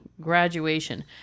graduation